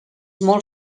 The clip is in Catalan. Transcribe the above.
molt